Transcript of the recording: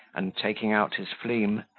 and taking out his fleam,